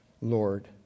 Lord